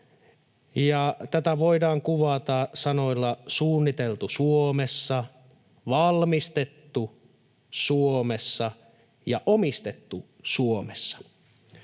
tätä voidaan kuvata sanoilla ”suunniteltu Suomessa”, ”valmistettu Suomessa” ja ”omistettu Suomessa”.